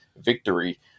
victory